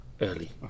early